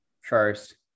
first